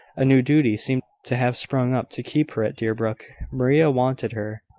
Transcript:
a new duty seemed to have sprung up to keep her at deerbrook. maria wanted her.